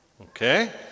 okay